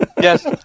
Yes